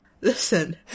Listen